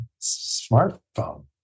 smartphone